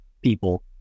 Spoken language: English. people